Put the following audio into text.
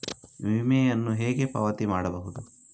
ವಿಮೆಯನ್ನು ಹೇಗೆ ಪಾವತಿ ಮಾಡಬಹುದು?